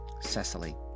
Cecily